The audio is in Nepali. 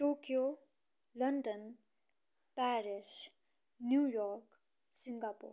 Tokyo London Paris New York Singapore